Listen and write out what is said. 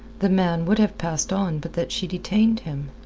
the man would have passed on but that she detained him.